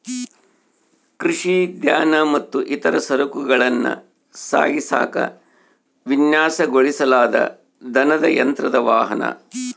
ಕೃಷಿ ಧಾನ್ಯ ಮತ್ತು ಇತರ ಸರಕುಗಳನ್ನ ಸಾಗಿಸಾಕ ವಿನ್ಯಾಸಗೊಳಿಸಲಾದ ದನದ ಯಂತ್ರದ ವಾಹನ